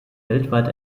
weltweit